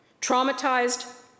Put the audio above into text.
traumatized